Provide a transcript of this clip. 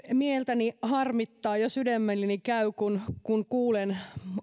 mieltäni harmittaa ja sydämelleni käy kun kun kuulen